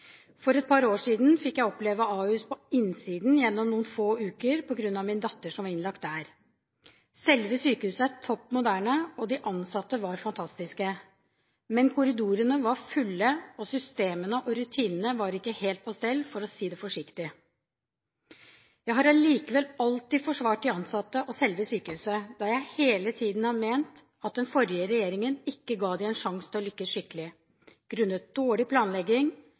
For et par år siden fikk jeg oppleve Ahus på innsiden gjennom noen få uker på grunn av min datter som var innlagt der. Selve sykehuset er topp moderne, og de ansatte var fantastiske, men korridorene var fulle, og systemene og rutinene var ikke helt på stell, for å si det forsiktig. Jeg har allikevel alltid forsvart de ansatte og selve sykehuset, da jeg hele tiden har ment at den forrige regjeringen ikke ga dem en sjanse til å lykkes skikkelig, grunnet dårlig planlegging,